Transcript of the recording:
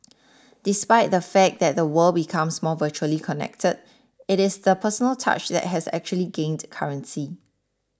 despite the fact that the world becomes more virtually connected it is the personal touch that has actually gained currency